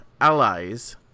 Allies